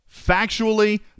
Factually